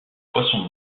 poissons